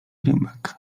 rybak